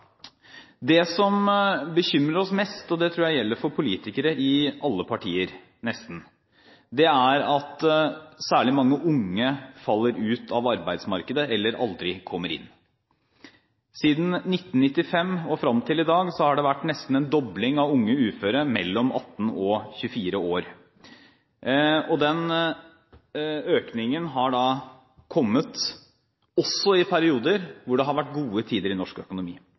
Det som bekymrer oss mest – og det tror jeg gjelder for politikere i alle partier, nesten – er at særlig mange unge faller ut av arbeidsmarkedet eller aldri kommer inn. Siden 1995 og fram til i dag har det nesten vært en dobling av unge uføre mellom 18 og 24 år, og den økningen har også kommet i perioder hvor det har vært gode tider i norsk økonomi.